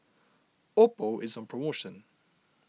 Oppo is on promotion